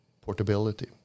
portability